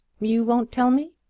you won't tell me?